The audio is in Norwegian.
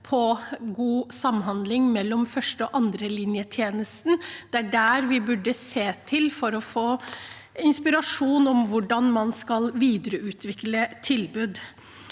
på god samhandling mellom første- og andrelinje tjenesten? Det er den vi burde se til for å få inspirasjon til hvordan man skal videreutvikle tilbud.